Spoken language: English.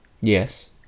Yes